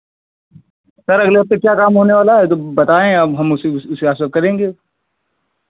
sir अगले हफ्ते क्या काम होने वाला है बताएं हम उसी हिसाब से सब करेंगे